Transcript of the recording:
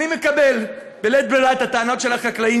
אני מקבל בלית ברירה את הטענות של החקלאים